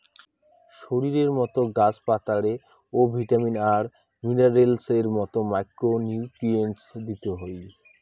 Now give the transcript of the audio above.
শরীরের মতো গাছ পাতারে ও ভিটামিন আর মিনারেলস এর মতো মাইক্রো নিউট্রিয়েন্টস দিতে হই